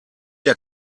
der